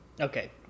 okay